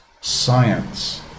science